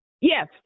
Yes